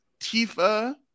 Tifa